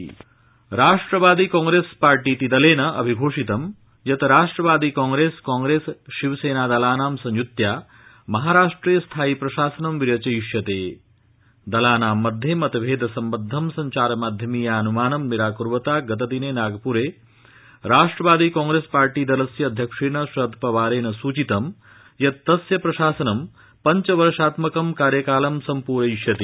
महाराष्ट्रम् राजनीति राष्ट्रवादि कांग्रसिपार्टी दल अभिघोषितं यत् राष्ट्रवादि कांग्रसिकांग्रसिशिवसत्तिदलानां संयुत्या महाराष्ट्र स्थायि प्रशासन विरचयिष्यत दलाना मध्य जितभद सम्बद्ध सब्वारमाध्यमीया नुमान निराकृर्वता गतदिन जागपुर राष्ट्रवादिन्कांप्रपार्टी दलस्य अध्यक्षणशरदपवारणिसूचितं यत् तस्य प्रशासनं पञ्चवर्षात्मकं कार्यकालं सम्प्रयिष्यति